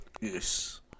Yes